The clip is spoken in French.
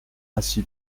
ainsi